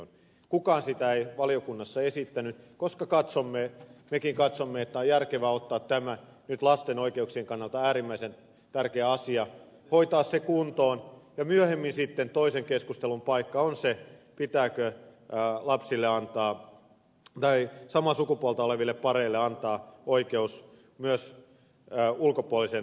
kukaan sitä ei valiokunnassa esittänyt koska mekin katsomme että on järkevää ottaa tämä nyt lasten oikeuksien kannalta äärimmäisen tärkeä asia hoitaa se kuntoon ja myöhemmin sitten toisen keskustelun paikka on se pitääkö tämä on lapsille antaa jotain samaa sukupuolta oleville pareille antaa oikeus myös ulkopuoliseen adoptioon